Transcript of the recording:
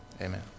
amen